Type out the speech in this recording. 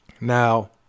Now